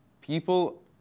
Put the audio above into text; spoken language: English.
people